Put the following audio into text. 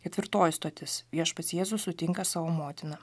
ketvirtoji stotis viešpats jėzus sutinka savo motiną